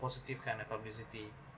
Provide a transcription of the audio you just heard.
positive kind of publicity